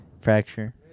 Fracture